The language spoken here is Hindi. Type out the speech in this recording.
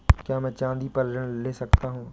क्या मैं चाँदी पर ऋण ले सकता हूँ?